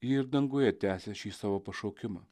ji ir danguje tęsia šį savo pašaukimą